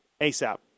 ASAP